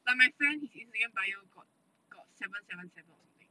like my friend his instagram bio got got seven seven seven or something